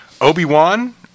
Obi-Wan